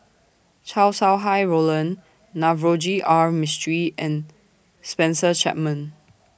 Chow Sau Hai Roland Navroji R Mistri and Spencer Chapman